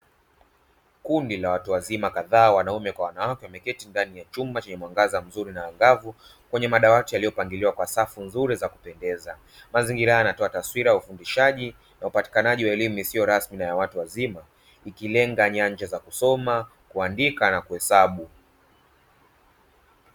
Kundi la watu wazima kadhaa, wanawake kwa wanaume wameketi ndani ya chumba chenye mwangaza mzuri na angavu kwenye madawati yamepangiliwa kwa safu nzuri za kupendeza. Mazingira haya yanatoa taswira ya ufundishaji na upatikanaji wa elimu isiyo rasmi na ya watu wazima, ikilenga nyanja za kusoma, kuandika na kuhesabu.